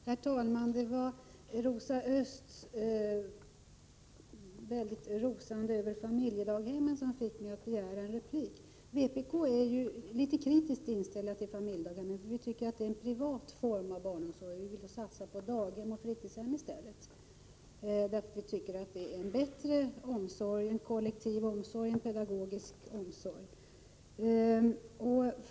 Herr talman! Det var Rosa Ösths rosande av familjedaghemmen som fick mig att begära replik. Vpk är ju litet kritiskt inställt till familjedaghem. Vi tycker att det är en privat form av barnomsorg. I stället vill vi satsa på daghem och fritidshem, som vi tycker är en bättre omsorg. Det är både en kollektiv omsorg och en pedagogisk omsorg.